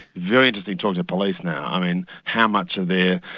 very interesting talking to police now, i mean how much of their,